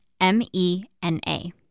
M-E-N-A